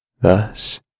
Thus